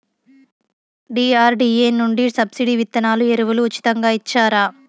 DRDA నుండి subsidy విత్తనాలు ఎరువులు ఉచితంగా ఇచ్చారా?